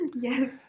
Yes